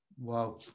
Wow